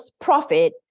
profit